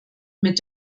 mit